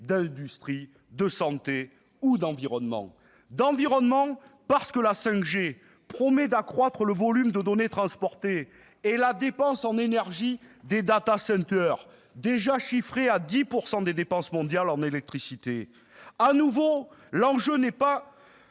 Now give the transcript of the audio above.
d'industrie, de santé ou d'environnement. L'environnement ? Parce que la 5G promet d'accroître le volume de données transportées, et la dépense en énergie des data centers est déjà chiffrée à 10 % des dépenses mondiales en électricité. Là encore, l'enjeu n'est pas